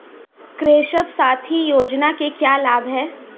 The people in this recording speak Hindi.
कृषक साथी योजना के क्या लाभ हैं?